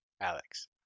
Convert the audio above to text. Alex